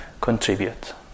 contribute